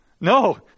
No